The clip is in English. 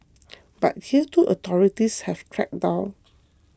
but here too authorities have cracked down